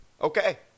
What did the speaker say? Okay